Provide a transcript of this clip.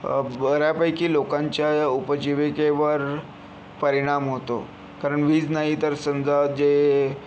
बऱ्यापैकी लोकांच्या उपजीविकेवर परिणाम होतो कारण वीज नाही तर समजा जे